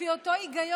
לפי אותו היגיון,